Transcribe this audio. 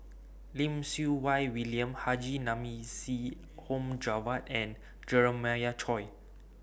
Lim Siew Wai William Haji Namazie Mohd Javad and Jeremiah Choy